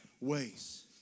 ways